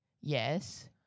Yes